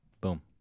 Boom